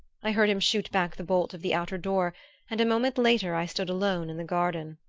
i heard him shoot back the bolt of the outer door and a moment later i stood alone in the garden.